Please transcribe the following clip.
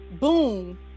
boom